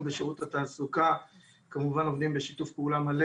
אנחנו בשירות התעסוקה כמובן עובדים בשיתוף פעולה מלא